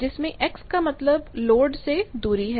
जिसमें x का मतलब लोड से दूरी है